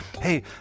hey